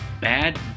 Bad